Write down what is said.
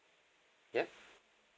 ya